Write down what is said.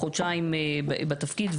חודשיים בתפקיד,